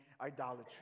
idolatry